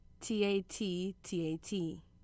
T-A-T-T-A-T